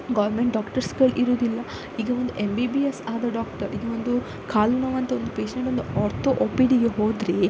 government ಡಾಕ್ಟರ್ಸ್ಗಳು ಇರುವುದಿಲ್ಲ ಈಗ ಒಂದು ಎಮ್ ಬಿ ಬಿ ಎಸ್ ಆದ ಡಾಕ್ಟರ್ ಇದು ಒಂದು ಕಾಲ್ ನೋವಂತ ಒಂದು ಪೇಶೆಂಟ್ ಆರ್ತೋ ಒ ಪಿ ಡಿಗೆ ಹೋದರೆ